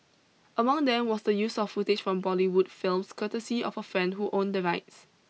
among them was the use of footage from Bollywood films courtesy of a friend who owned the rights